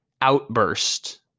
outburst